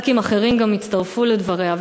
ח"כים אחרים הצטרפו לדבריה.